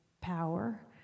power